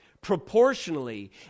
proportionally